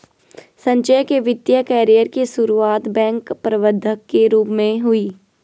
संजय के वित्तिय कैरियर की सुरुआत बैंक प्रबंधक के रूप में हुई